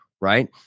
right